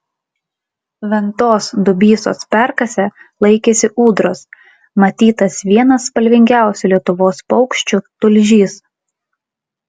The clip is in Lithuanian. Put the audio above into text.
ventos dubysos perkase laikėsi ūdros matytas vienas spalvingiausių lietuvos paukščių tulžys